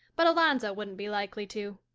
but alonzo wouldn't be likely to.